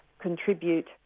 contribute